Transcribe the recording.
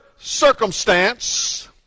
circumstance